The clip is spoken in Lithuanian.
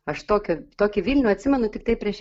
aš tokį tokį vilnių atsimenu tiktai prieš